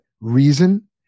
reason